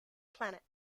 planet